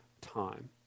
time